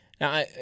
Now